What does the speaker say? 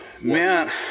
Man